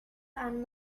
and